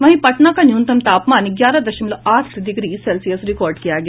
वहीं पटना का न्यूनतम तापमान ग्यारह दशमलव आठ डिग्री सेल्सियस रिकॉर्ड किया गया